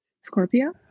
Scorpio